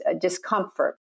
discomfort